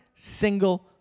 single